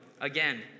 again